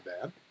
bad